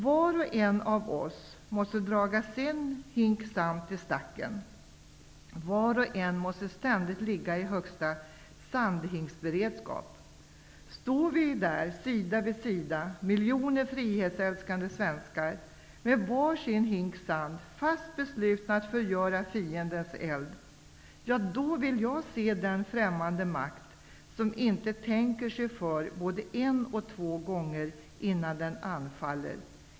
Var och en av oss måste draga sin hink sand till stacken. Var och en måste ständigt ligga i högsta sandhinksberedskap. Står vi där sida vid sida, miljoner frihetsälskande svenskar, med var sin hink sand fast beslutna att förgöra fiendens eld, ja, då vill jag se den främmande makt som inte tänker sig för både en och två gånger innan den anfaller.